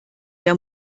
der